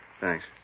Thanks